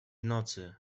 nocy